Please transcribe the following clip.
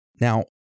Now